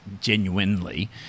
genuinely